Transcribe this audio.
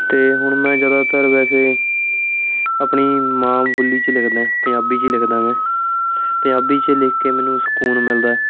ਅਤੇ ਹੁਣ ਮੈਂ ਜ਼ਿਆਦਾਤਰ ਵੈਸੇ ਆਪਣੀ ਮਾਂ ਬੋਲੀ 'ਚ ਲਿਖਦਾ ਪੰਜਾਬੀ 'ਚ ਲਿਖਦਾ ਮੈਂ ਪੰਜਾਬੀ 'ਚ ਲਿਖ ਕੇ ਮੈਨੂੰ ਸਕੂਨ ਮਿਲਦਾ ਹੈ